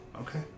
Okay